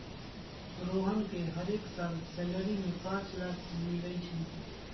रोहन के हरेक साल सैलरी में पाच लाख मिलई छई